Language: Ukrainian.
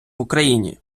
україні